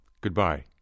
Goodbye